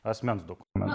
asmens dokumen